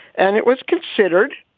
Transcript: and it was considered